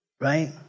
right